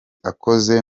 akoze